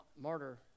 martyr